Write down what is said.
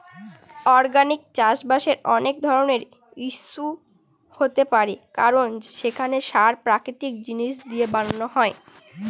organic চাষবাসের অনেক ধরনের ইস্যু হতে পারে কারণ সেখানে সার প্রাকৃতিক জিনিস দিয়ে বানানো হয়